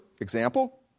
example